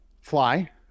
fly